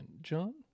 John